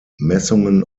messungen